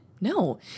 No